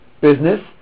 business